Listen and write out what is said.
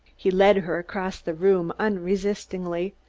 he led her across the room unresistingly.